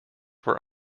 were